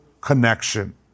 connection